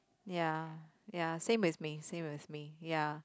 ya ya same with me same with me ya